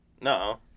No